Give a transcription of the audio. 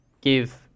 give